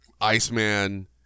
Iceman